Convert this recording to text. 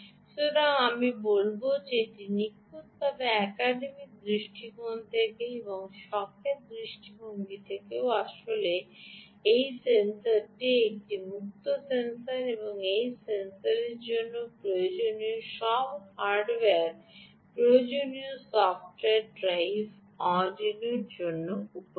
সুতরাং আমি বলব যে এটি নিখুঁতভাবে একাডেমিক দৃষ্টিকোণ থেকে এবং শখের দৃষ্টিভঙ্গি থেকেও আসলে এই সেন্সরটি এটি একটি মুক্ত উত্স এবং এই সেন্সরেরজন্য প্রয়োজনীয় সমস্ত হার্ডওয়্যার প্রয়োজনীয় সফ্টওয়্যার ড্রাইভার আরডুইনোর জন্য উপলব্ধ